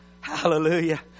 Hallelujah